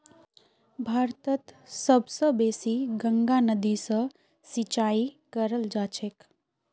भारतत सब स बेसी गंगा नदी स सिंचाई कराल जाछेक